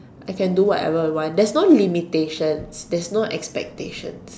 I can do whatever I want there is no limitations there is no expectations